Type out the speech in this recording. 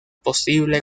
posible